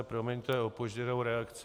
Promiňte opožděnou reakci.